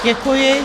Děkuji.